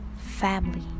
family